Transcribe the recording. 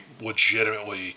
legitimately